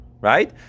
right